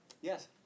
Yes